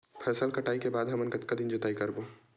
फसल कटाई के बाद हमन कतका दिन जोताई करबो?